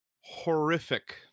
horrific